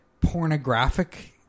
pornographic